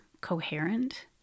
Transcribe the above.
coherent